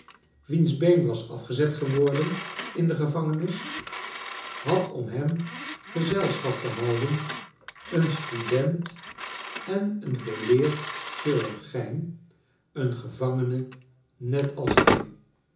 wiens been was afgezet geworden in de gevangenis had om hem gezelschap te houden een student en een volleerd chirurgijn een gevangene net als hij